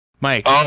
mike